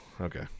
Okay